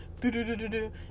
Do-do-do-do-do